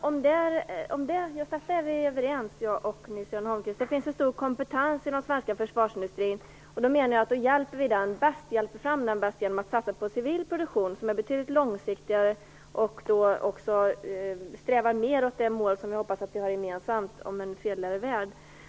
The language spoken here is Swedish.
Herr talman! Just där är Nils-Göran Holmqvist och jag överens. Det finns en stor kompetens inom den svenska försvarsindustrin. Jag menar att vi bäst hjälper fram den genom att satsa på civil produktion, som är betydligt mer långsiktig och mer strävar mot det mål som jag hoppas att vi har gemensamt, nämligen en fredligare värld.